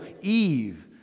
eve